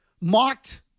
mocked